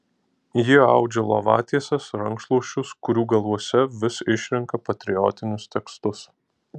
ji audžia lovatieses rankšluosčius kurių galuose vis išrenka patriotinius tekstus